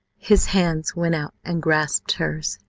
his hands went out and grasped hers.